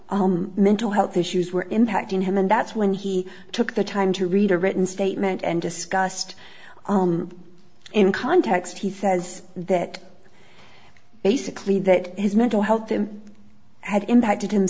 his mental health issues were impacting him and that's when he took the time to read a written statement and discussed in context he says that basically that his mental health him had impacted him